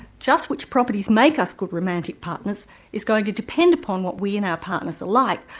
just which properties make us good romantic partners is going to depend upon what we and our partners are like,